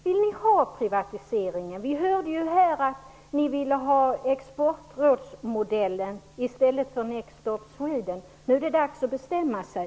Vill ni ha privatiseringen? Vi hörde ju här att ni ville ha Nu är det dags att bestämma sig!